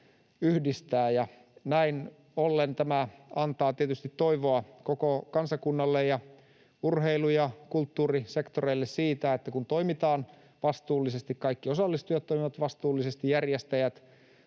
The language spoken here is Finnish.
yhdistää. Näin ollen tämä antaa tietysti toivoa koko kansakunnalle ja urheilu‑ ja kulttuurisektorille siitä, että kun toimitaan vastuullisesti — kaikki osallistujat toimivat vastuullisesti, järjestäjät